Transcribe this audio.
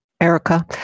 erica